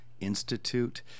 institute